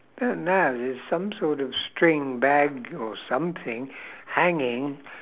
behind that is some sort of string bag or something hanging